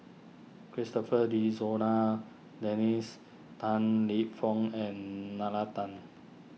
Christopher De Souza Dennis Tan Lip Fong and Nalla Tan